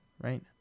right